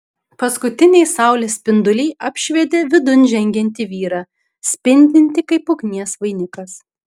paskutiniai saulės spinduliai apšvietė vidun žengiantį vyrą spindintį kaip ugnies vainikas